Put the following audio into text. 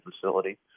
facility